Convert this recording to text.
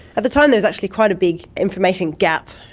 at the time there was actually quite a big information gap.